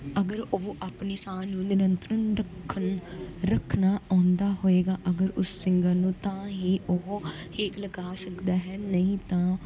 ਅਗਰ ਉਹ ਆਪਣੇ ਸਾਹ ਨੂੰ ਨਿਰੰਤਰਨ ਰੱਖਣ ਰੱਖਣਾ ਆਉਂਦਾ ਹੋਵੇਗਾ ਅਗਰ ਉਸ ਸਿੰਗਰ ਨੂੰ ਤਾਂ ਹੀ ਉਹ ਹੇਕ ਲਗਾ ਸਕਦਾ ਹੈ ਨਹੀਂ ਤਾਂ